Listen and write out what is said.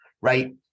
right